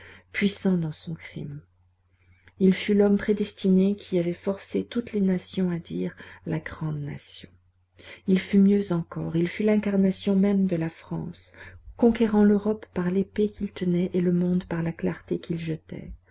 puissant dans son crime il fut l'homme prédestiné qui avait forcé toutes les nations à dire la grande nation il fut mieux encore il fut l'incarnation même de la france conquérant l'europe par l'épée qu'il tenait et le monde par la clarté qu'il jetait